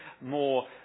more